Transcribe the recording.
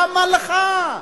למה לך?